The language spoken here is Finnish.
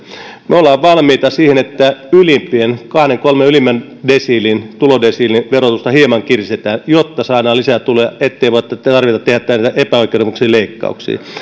me olemme valmiita siihen että kahden kolmen ylimmän tulodesiilin verotusta hieman kiristetään jotta saadaan lisää tuloja ettei tarvitse tehdä näitä epäoikeudenmukaisia leikkauksia